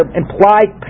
implied